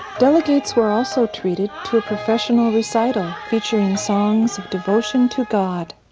delegates were also treated to a professional recital featuring songs of devotion to god.